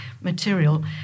material